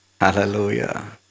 Hallelujah